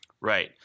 Right